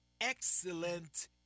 excellent